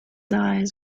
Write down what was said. eyes